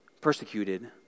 Persecuted